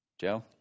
Joe